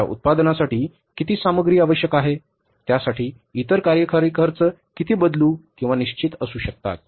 त्या उत्पादनासाठी किती सामग्री आवश्यक आहे त्यासाठी इतर कार्यकारी खर्च किती बदलू किंवा निश्चित असू शकतात